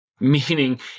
Meaning